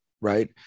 Right